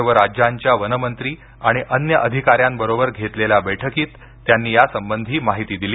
सर्व राज्यांच्या वन मंत्री आणि अन्य अधिकाऱ्यांबरोबर घेतलेल्या बैठकीत त्यानी या संबंधी माहिती दिली